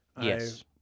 Yes